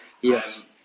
yes